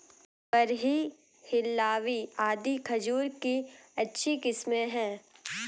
बरही, हिल्लावी आदि खजूर की अच्छी किस्मे हैं